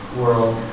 world